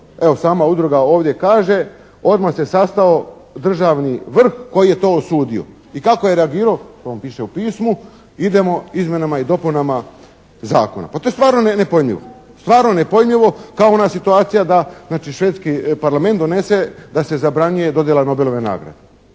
evo sada udruga ovdje kaže, odmah se sastao državni vrh koji je to osudio. I kako je reagirao to vam piše u pismu, idemo izmjenama i dopunama zakona. Pa to je stvarno nepojmljivo, kao ona situacija da znaši švedski parlament donese da se zabranjuje dodjela Nobelove nagrade,